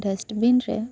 dustbin ᱨᱮ